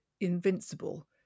invincible